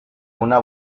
una